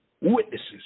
witnesses